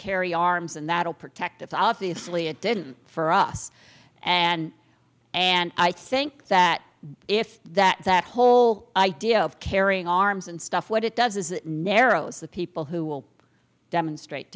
carry arms and that'll protect it's obviously it didn't for us and and i think that if that that whole idea of carrying arms and stuff what it does is that narrows the people who will demonstrate